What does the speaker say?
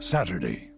Saturday